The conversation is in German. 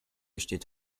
steht